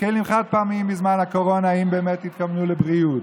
כלים חד-פעמיים בזמן הקורונה אם באמת התכוונו לבריאות.